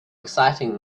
exciting